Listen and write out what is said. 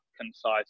concise